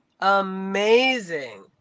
amazing